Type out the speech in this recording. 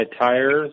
tires